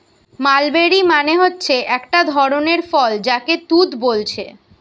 mulberry মানে হচ্ছে একটা ধরণের ফল যাকে তুত বোলছে